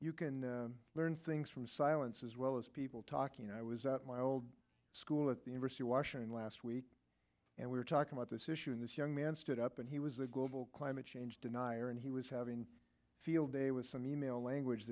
you can learn things from silence as well as people talk you know i was at my old school at the university of washington last week and we were talking about this issue and this young man stood up and he was the global climate change denier and he was having a field day with some e mail language